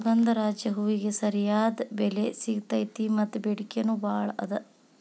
ಸುಗಂಧರಾಜ ಹೂವಿಗೆ ಸರಿಯಾದ ಬೆಲೆ ಸಿಗತೈತಿ ಮತ್ತ ಬೆಡಿಕೆ ನೂ ಬಾಳ ಅದ